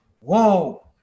Whoa